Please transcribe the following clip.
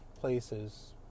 places